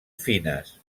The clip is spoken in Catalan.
fines